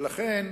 ולכן,